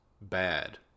bad